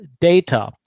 data